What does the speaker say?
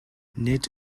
nid